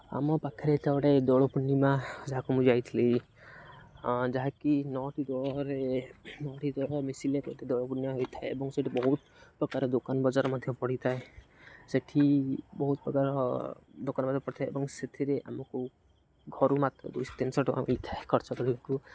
ଆମ ପାଖରେ ଏଥର ଗୋଟେ ଦୋଳ ପୂର୍ଣ୍ଣିମା ଯାହାକୁ ମୁଁ ଯାଇଥିଲି ଯାହାକି ନଅଟି ଦୋଳରେ ନଅଟି ଦୋଳ ମିଶିଲେ ଗୋଟେ ଦୋଳ ପୂର୍ଣ୍ଣିମା ହୋଇଥାଏ ଏବଂ ସେଇଠି ବହୁତ ପ୍ରକାର ଦୋକାନ ବଜାର ମଧ୍ୟ ପଢ଼ିଥାଏ ସେଇଠି ବହୁତ ପ୍ରକାର ଦୋକାନ ବଜାର ପଡ଼ିଥାଏ ଏବଂ ସେଥିରେ ଆମକୁ ଘରୁ ମାତ୍ର ଦୁଇଶହ ତିନିଶହ ଟଙ୍କା ମିଳିଥାଏ ଖର୍ଚ୍ଚ କରିବାକୁ